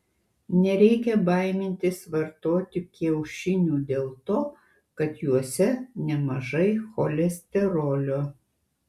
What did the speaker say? nereikia baimintis vartoti kiaušinių dėl to kad juose nemažai cholesterolio